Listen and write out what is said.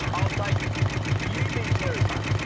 i'll take you be terry mate.